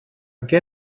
què